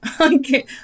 okay